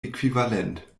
äquivalent